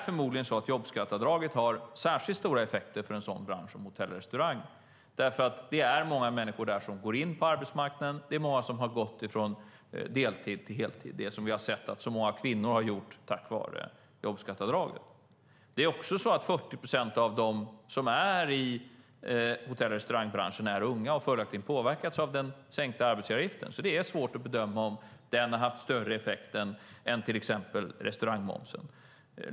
Förmodligen har jobbskatteavdraget särskilt stora effekter för en sådan bransch som hotell och restaurang eftersom många människor går in på arbetsmarknaden där. Många har gått från deltid till heltid, vilket vi har sett att många kvinnor har gjort tack vare jobbskatteavdraget. 40 procent i hotell och restaurangbranschen är också unga och har följaktligen påverkats av den sänkta arbetsgivaravgiften. Det är alltså svårt att bedöma om den har haft större effekt än till exempel restaurangmomsen.